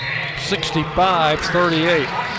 65-38